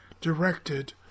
directed